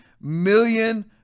million